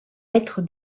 être